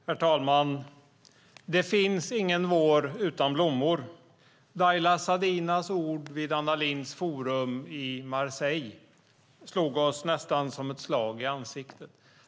Herr talman! Det finns ingen vår utan blommor. Dalia Ziadas ord vid Anna Lindh Forum i Marseille slog oss nästan som ett slag i ansiktet.